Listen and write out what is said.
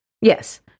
yes